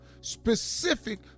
specific